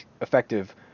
effective